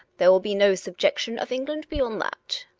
there will be no subjection of england beyond that.